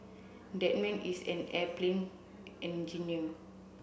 that man is an airplane engineer